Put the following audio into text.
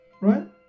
Right